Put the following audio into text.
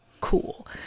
cool